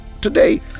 today